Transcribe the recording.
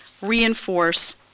reinforce